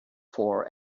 for